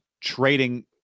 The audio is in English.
trading